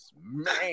Man